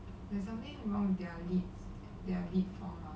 there's something wrong there be there before